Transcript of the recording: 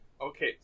Okay